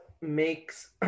makes